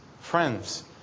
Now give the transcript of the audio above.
friends